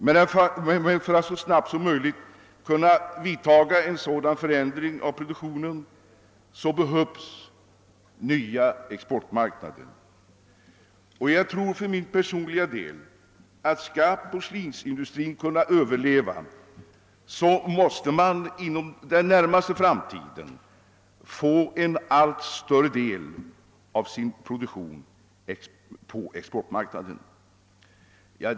Men för att så snabbt som möjligt kunna vidta en sådan förändring av produktionen behövs nya exportmark-- nader. Jag tror för min del att, om porslinsindustrin skall kunna överleva, en allt större del av produktionen mås-- te exporteras inom den närmaste fram-- tiden.